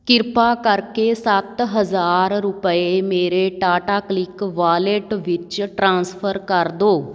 ਕਿਰਪਾ ਕਰਕੇ ਸੱਤ ਹਜ਼ਾਰ ਰੁਪਏ ਮੇਰੇ ਟਾਟਾ ਕਲਿੱਕ ਵਾਲਿਟ ਵਿੱਚ ਟ੍ਰਾਂਸਫਰ ਕਰ ਦਿਓ